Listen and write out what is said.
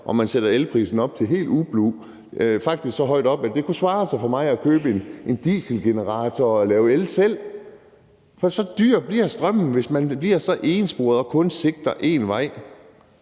og så sætter man elprisen helt ublu op. Faktisk sætter man den så højt op, at det kunne svare sig for mig at købe en dieselgenerator og lave el selv, for så dyr bliver strømmen, hvis man bliver så ensporet og kun sigter én vej.